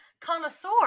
connoisseur